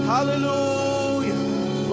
Hallelujah